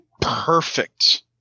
perfect